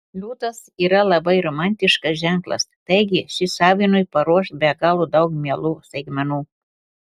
liūtas yra labai romantiškas ženklas taigi šis avinui paruoš be galo daug mielų staigmenų